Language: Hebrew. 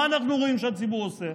מה אנחנו רואים שהציבור עושה,